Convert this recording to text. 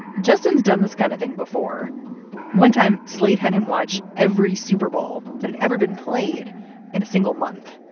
justin's done this kind of thing before one time slate had him watch every super bowl that ever been played in a single month.